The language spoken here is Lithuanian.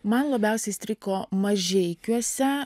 man labiausiai įstrigo mažeikiuose